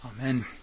Amen